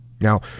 now